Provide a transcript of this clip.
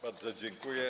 Bardzo dziękuję.